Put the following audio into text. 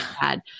bad